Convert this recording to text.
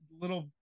little